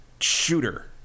shooter